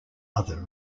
other